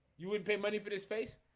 you wouldn't pay money for this face